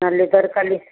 हाँ लेदर का